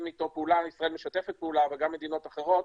איתו פעולה ישראל משתפת פעולה אבל גם מדינות אחרות